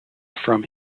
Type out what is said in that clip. from